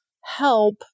help